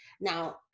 Now